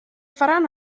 faran